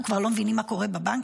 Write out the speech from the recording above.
אנחנו כבר לא מבינים מה קורה בבנקים.